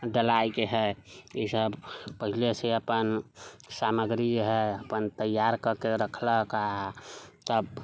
डलायके है इसभ पहलेसँ अपन सामग्री है अपन तैयार करके रखलक आ तब